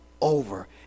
over